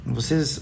Vocês